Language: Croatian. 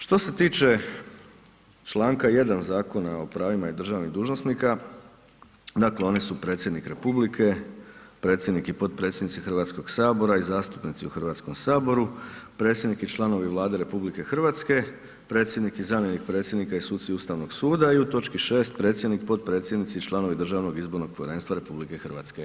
Što se tiče članka 1. Zakona o pravima državnih dužnosnika, dakle oni su Predsjednik Republike, predsjednik i potpredsjednici Hrvatskog sabora i zastupnici u Hrvatskom saboru, predsjednik i članovi Vlade RH, predsjednik i zamjenik predsjednika i suci Ustavnog suda i u točki 6. predsjednik, potpredsjednici i članovi DIP-a RH.